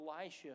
Elisha